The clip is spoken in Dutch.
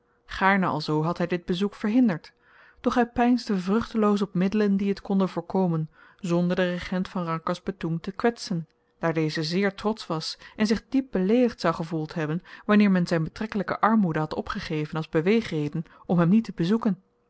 gaarne alzoo had hy dit bezoek verhinderd doch hy peinsde vruchteloos op middelen die t konden voorkomen zonder den regent van rangkas betoeng te kwetsen daar deze zeer trotsch was en zich diep beleedigd zou gevoeld hebben wanneer men zyn betrekkelyke armoede had opgegeven als beweegreden om hem niet te bezoeken